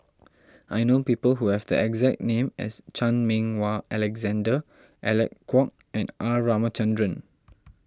I know people who have the exact name as Chan Meng Wah Alexander Alec Kuok and R Ramachandran